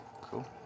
Cool